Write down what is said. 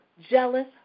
jealous